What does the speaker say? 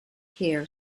hear